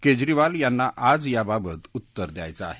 केजरीवाल यांना आज याबाबत उत्तर द्यायचं आहे